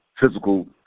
physical